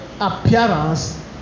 appearance